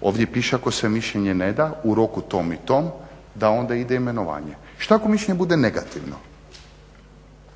Ovdje piše ako se mišljenje neda u roku tom i tom da onda ide imenovanje. Šta ako mišljenje bude negativno